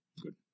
Good